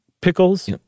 pickles